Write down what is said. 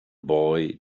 boy